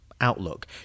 outlook